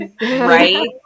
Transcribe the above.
Right